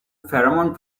pheromone